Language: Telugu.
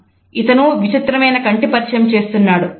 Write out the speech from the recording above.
" "ఇతను విచిత్రమైన కంటి పరిచయం చేస్తున్నాడు